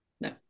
No